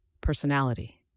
Personality